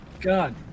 god